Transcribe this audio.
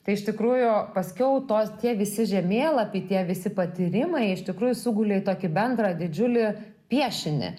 tai iš tikrųjų paskiau tos tie visi žemėlapiai tie visi patyrimai iš tikrųjų sugulė į tokį bendrą didžiulį piešinį